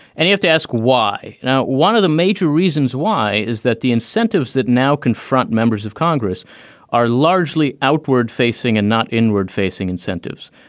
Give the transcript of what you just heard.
and i have to ask why now? one of the major reasons why is that the incentives that now confront members of congress are largely outward facing and not inward facing incentives.